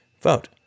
vote